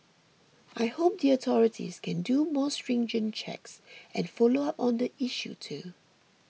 I hope the authorities can do more stringent checks and follow up on the issue too